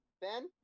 Ben